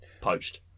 Poached